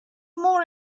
more